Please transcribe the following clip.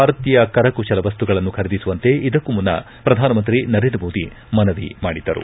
ಭಾರತೀಯ ಕರಕುಶಲ ವಸ್ತುಗಳನ್ನು ಖರೀದಿಸುವಂತೆ ಇದಕ್ಕೂ ಮುನ್ನ ಪ್ರಧಾನಮಂತ್ರಿ ನರೇಂದ್ರ ಮೋದಿ ಮನವಿ ಮಾಡಿದ್ದರು